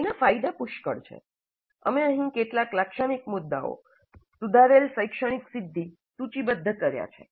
તેના ફાયદા પુષ્કળ છે અમે અહીં કેટલાક લાક્ષણિક મુદ્દાઓ સુધારેલ શૈક્ષણિક સિદ્ધિ સૂચિબદ્ધ કર્યા છે